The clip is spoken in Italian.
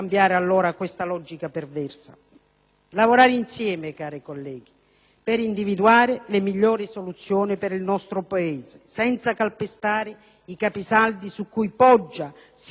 Lavorare insieme, cari colleghi, per individuare le migliori soluzioni per il nostro Paese, senza calpestare i capisaldi su cui poggia sia la nostra democrazia che l'Europa.